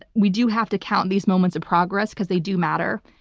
we do have to count these moments of progress because they do matter.